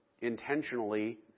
intentionally